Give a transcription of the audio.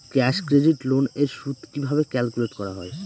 Cash credit loan এর সুদ কিভাবে ক্যালকুলেট করা হয়?